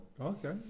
Okay